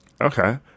okay